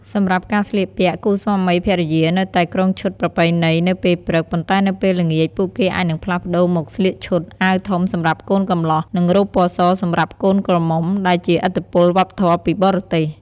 សម្រាប់ការស្លៀកពាក់ គូស្វាមីភរិយានៅតែគ្រងឈុតប្រពៃណីនៅពេលព្រឹក ប៉ុន្តែនៅពេលល្ងាច ពួកគេអាចនឹងផ្លាស់ប្តូរមកស្លៀកឈុតអាវធំសម្រាប់កូនកំលោះ និងរ៉ូបពណ៌សសម្រាប់កូនក្រមុំ ដែលជាឥទ្ធិពលវប្បធម៌ពីបរទេស។